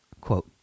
Quote